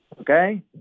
okay